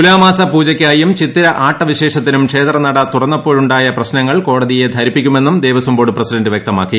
തുലാമാസ പൂജയ്ക്കായും ചിത്തിര ആട്ടവിശേഷത്തിനും ക്ഷേത്രനട തുറന്നപ്പോഴുണ്ടായ പ്രശ്നങ്ങൾ കോടതിയെ ധരിപ്പിക്കുമെന്നും ദേവസ്വംബോർഡ് പ്രസിഡന്റ് വൃക്തമാക്കി